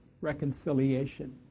reconciliation